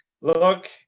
look